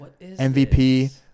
MVP